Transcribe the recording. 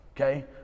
Okay